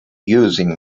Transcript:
using